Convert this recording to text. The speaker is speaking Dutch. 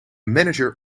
manager